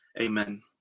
Amen